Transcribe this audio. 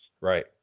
Right